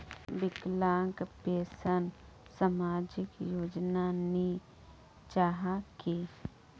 विकलांग पेंशन सामाजिक योजना नी जाहा की?